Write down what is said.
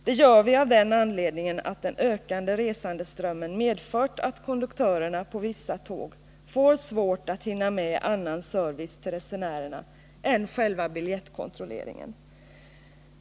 Det gör vi av den anledningen att den ökande resandeströmmen medför att konduktörerna på vissa tåg får svårt att hinna med annan service till resenärerna än själva biljettkontrolleringen.